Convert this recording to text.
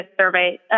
survey